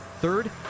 Third